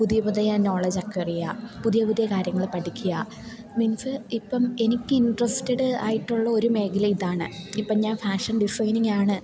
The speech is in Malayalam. പുതിയ പുതിയ നോളജ് അക്വയര് ചെയ്യുക പുതിയ പുതിയ കാര്യങ്ങള് പഠിക്കുക മീൻസ് ഇപ്പം എനിക്ക് ഇൻട്രസ്റ്റഡ് ആയിട്ടുള്ളൊരു മേഖലയിതാണ് ഇപ്പം ഞാൻ ഫാഷൻ ഡിസൈനിങ്ങ് ആണ്